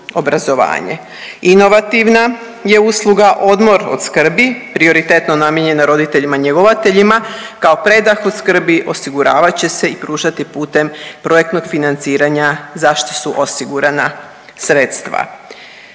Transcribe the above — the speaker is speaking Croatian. Inovativna je usluga odmor od skrbi prioritetno namijenjena roditeljima njegovateljima kao predah od skrbi osiguravat će se i pružati putem projektnog financiranja zašto su osigurana sredstva.